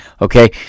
okay